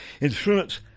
insurance